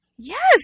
Yes